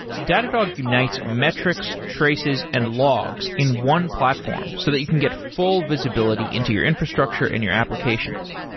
datadog unites metrics, traces and logs in one platform so that you can get full visibility into your infrastructure in your applications.